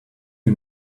you